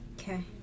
Okay